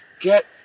Get